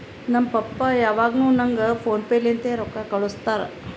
ನಮ್ ಪಪ್ಪಾ ಯಾವಾಗ್ನು ನಂಗ್ ಫೋನ್ ಪೇ ಲಿಂತೆ ರೊಕ್ಕಾ ಕಳ್ಸುತ್ತಾರ್